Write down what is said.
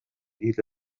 إلى